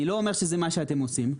אני לא אומר שזה מה שאתם עושים,